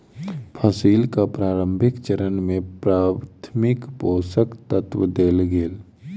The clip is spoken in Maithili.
फसीलक प्रारंभिक चरण में प्राथमिक पोषक तत्व देल गेल